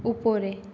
উপরে